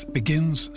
begins